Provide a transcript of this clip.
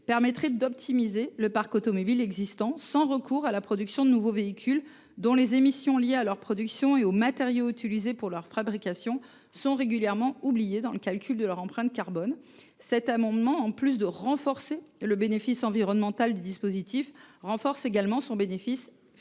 l’intérêt d’optimiser le parc automobile existant sans recourir à la production de nouveaux véhicules, alors que les émissions liées à leur production et aux matériaux utilisés pour leur fabrication sont régulièrement oubliées dans le calcul de leur empreinte carbone. En plus de renforcer le bénéfice environnemental du dispositif, cet amendement tend également